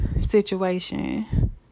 situation